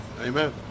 Amen